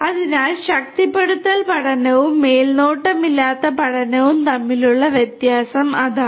അതിനാൽ ശക്തിപ്പെടുത്തൽ പഠനവും മേൽനോട്ടമില്ലാത്ത പഠനവും തമ്മിലുള്ള വ്യത്യാസം അതാണ്